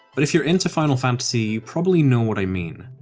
but if you're into final fantasy, you probably know what i mean.